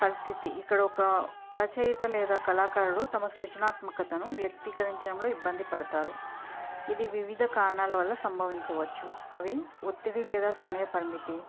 పరిస్థితి ఇక్కడ ఒక రచయిత లేదా కళాకారుడు తమ సృజనాత్మకతను వ్యక్తీకరించడంలో ఇబ్బంది పడతారు ఇది వివిధ కారణాల వల్ల సంభవించవచ్చు అవి ఒత్తిడి లేదా సమయ పరిమితి